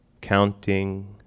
counting